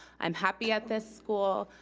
i'm happy at this school,